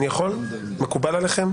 מקובל עליכם?